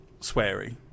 sweary